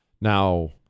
Now